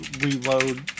reload